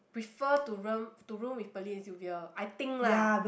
prefer to room to room with Pearlyn and Sylvia I think lah